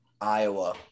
Iowa